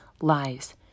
lies